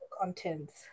contents